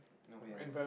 no ya